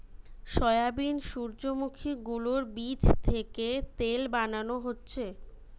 soybean, সূর্যোমুখী গুলোর বীচ থিকে তেল বানানো হচ্ছে